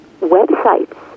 websites